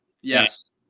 Yes